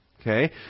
Okay